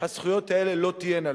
הזכויות האלה לא תהיינה לו,